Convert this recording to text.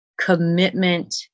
commitment